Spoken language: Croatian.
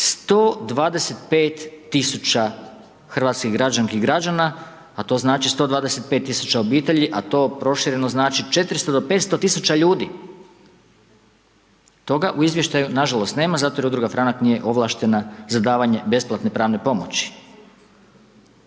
125 tisuća hrvatskih građanki i građana a to znači 125 tisuća obitelji a to prošireno znači 400 do 500 tisuća ljudi. Toga u izvještaju nažalost nema zato jer Udruga Franak nije ovlaštena za davanje besplatne pravne pomoći.